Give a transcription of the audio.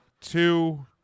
two